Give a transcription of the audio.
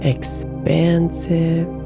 Expansive